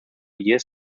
years